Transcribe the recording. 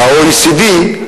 מה-OECD,